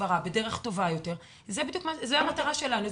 ההסברה בדרך טובה ביותר זו המטרה שלנו,